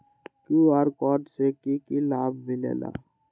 QR code से कि कि लाव मिलेला?